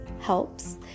helps